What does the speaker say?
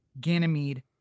Ganymede